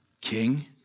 king